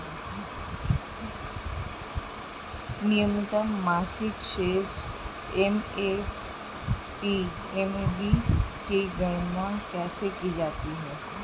न्यूनतम मासिक शेष एम.ए.बी की गणना कैसे की जाती है?